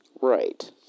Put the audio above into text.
Right